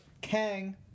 Kang